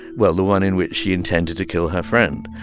well, the one in which she intended to kill her friend.